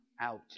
out